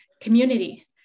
community